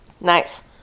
Nice